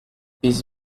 biz